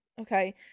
okay